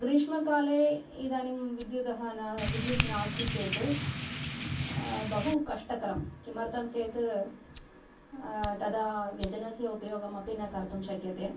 ग्रीष्मकाले इदानीं विद्युदः विद्युत् नास्ति चेत् बहुकष्टकारं किमर्थं चेत् तदा व्यजनस्य उपयोगमपि न कर्तुं शक्यते